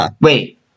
Wait